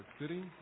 City